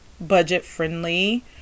budget-friendly